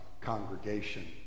congregation